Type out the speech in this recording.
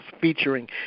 featuring